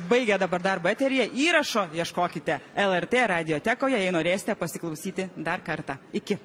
baigia dabar darbą eteryje įrašo ieškokite lrt radijotekoje jei norėsite pasiklausyti dar kartą iki